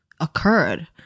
occurred